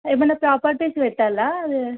ఏదన్న ప్రాపర్టీస్ పెట్టాలా అది